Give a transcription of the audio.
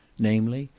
namely,